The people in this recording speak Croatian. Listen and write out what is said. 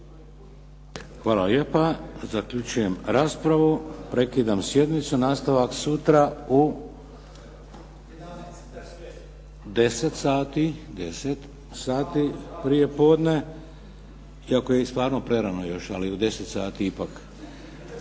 Hvala lijepa. Zaključujem raspravu. Prekidam sjednicu. Nastavak sutra u 10 sati prijepodne iako je stvarno prerano još ali u 10 sati ipak